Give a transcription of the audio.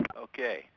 Okay